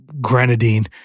grenadine